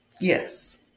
Yes